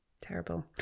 terrible